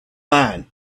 line